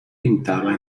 pintaba